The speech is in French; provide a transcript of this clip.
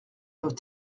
nos